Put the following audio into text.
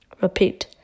Repeat